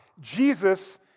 Jesus